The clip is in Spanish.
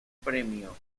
premio